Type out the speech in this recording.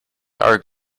are